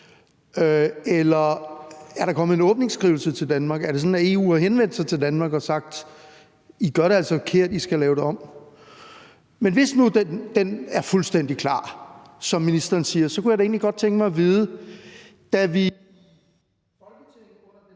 eller er der kommet en åbningsskrivelse til Danmark? Er det sådan, at EU har henvendt sig til Danmark og har sagt: I gør det altså forkert, I skal lave det om? Hvis nu den er fuldstændig klar, som ministeren siger, kunne jeg da egentlig godt tænke mig at vide noget.